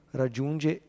raggiunge